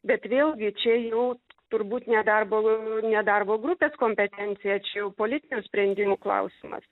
bet vėlgi čia jau turbūt ne darbo ne darbo grupės kompetencija čia jau politinių sprendimų klausimas